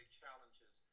challenges